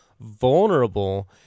vulnerable